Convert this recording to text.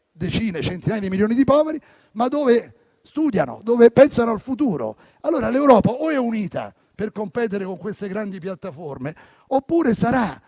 decine, centinaia di milioni di poveri, ma dove studiano e pensano al futuro. Allora o l'Europa è unita per competere con queste grandi piattaforme oppure sarà